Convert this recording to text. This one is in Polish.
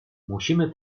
musimy